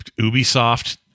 Ubisoft